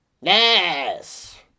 Yes